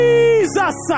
Jesus